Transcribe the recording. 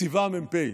ציווה המ"פ,